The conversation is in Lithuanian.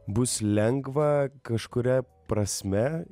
bus lengva kažkuria prasme